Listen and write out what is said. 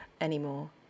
anymore